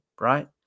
right